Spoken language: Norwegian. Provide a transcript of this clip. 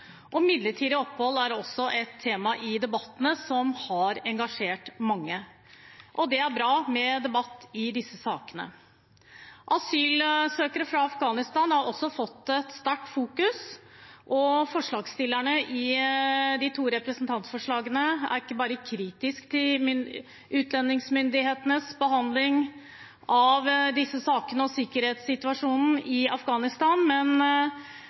Midlertidig opphold er også et tema i debattene som har engasjert mange. Det er bra med debatt i disse sakene. Asylsøkere fra Afghanistan har også fått mye oppmerksomhet, og forslagsstillerne i de to representantforslagene er ikke bare kritiske til utlendingsmyndighetenes behandling av disse sakene og sikkerhetssituasjonen i Afghanistan